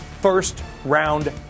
first-round